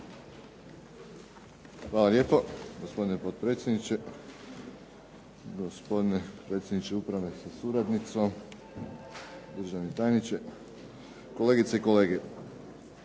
Zahvaljujem gospodine potpredsjedniče, gospodine predsjedniče Uprave sa suradnicom, uvažene kolegice i kolege.